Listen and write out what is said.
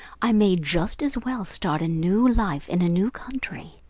i may just as well start a new life in a new country.